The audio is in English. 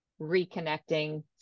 reconnecting